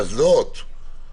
אז אנחנו מורידים.